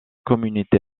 communauté